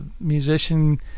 musician